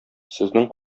сезнең